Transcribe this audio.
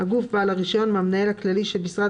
הגוף בעל הרישיון מהמנהל הכללי של משרד